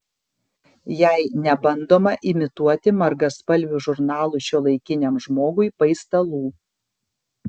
jei nebandoma imituoti margaspalvių žurnalų šiuolaikiniam žmogui paistalų